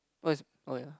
what is oh ya